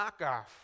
knockoff